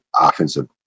offensive